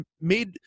made